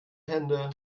hände